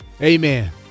Amen